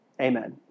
amen